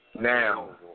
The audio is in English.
Now